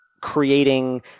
creating